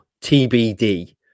TBD